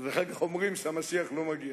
אחר כך אומרים שהמשיח לא מגיע.